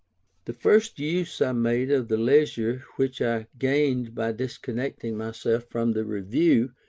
the first use i made of the leisure which i gained by disconnecting myself from the review,